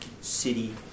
city